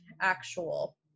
actual